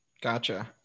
Gotcha